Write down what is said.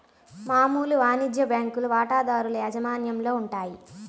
మామూలు వాణిజ్య బ్యాంకులు వాటాదారుల యాజమాన్యంలో ఉంటాయి